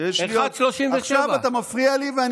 אין שעון.